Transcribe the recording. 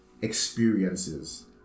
experiences